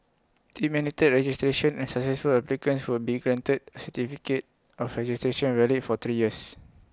IT mandated registration and successful applicants would be granted A certificate of registration valid for three years